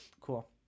cool